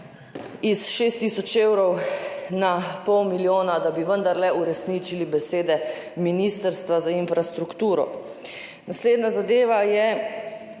iz šest tisoč evrov na pol milijona, da bi vendarle uresničili besede Ministrstva za infrastrukturo. Naslednja zadeva je